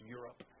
Europe